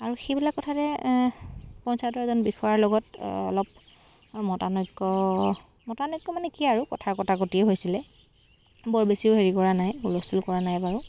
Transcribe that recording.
আৰু সেইবিলাক কথাতে পঞ্চায়তৰ এজন বিষয়াৰ লগত অলপ মতানৈক্য মতানৈক্য মানে কি আৰু কথাৰ কটাকটিয়ে হৈছিলে বৰ বেছিও হেৰি কৰা নাই হুলস্থুল কৰা নাই বাৰু